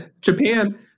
japan